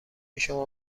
شما